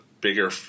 bigger